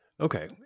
Okay